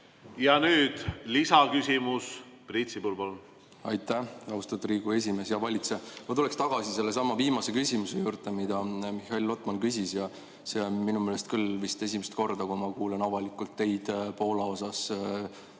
Ja nüüd lisaküsimus. Priit Sibul, palun! Aitäh, austatud Riigikogu esimees! Hea valitseja! Ma tulen tagasi sellesama viimase küsimuse juurde, mida Mihhail Lotman küsis. See on minu meelest küll vist esimest korda, kui ma kuulen avalikult teid Poola